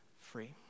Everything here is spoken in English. free